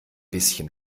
bisschen